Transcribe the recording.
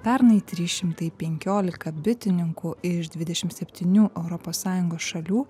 pernai trys šimtai penkiolika bitininkų iš dvidešimt septynių europos sąjungos šalių